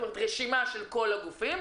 רשימה של כל הגופים,